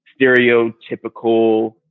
stereotypical